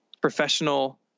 professional